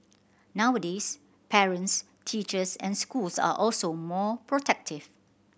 nowadays parents teachers and schools are also more protective